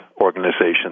organization